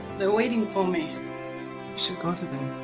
they're waiting for me! you should go to them.